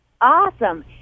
Awesome